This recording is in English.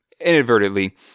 inadvertently